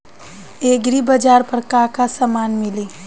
एग्रीबाजार पर का का समान मिली?